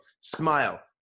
smile